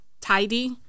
tidy